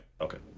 Okay